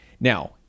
Now